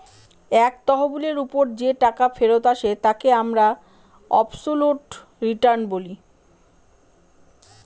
এক তহবিলের ওপর যে টাকা ফেরত আসে তাকে আমরা অবসোলুট রিটার্ন বলি